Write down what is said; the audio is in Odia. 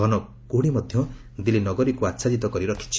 ଘନ କୁହୁଡ଼ି ମଧ୍ୟ ଦିଲ୍ଲୀ ନଗରୀକୁ ଆଚ୍ଛାଦିତ କରି ରଖିଛି